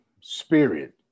spirit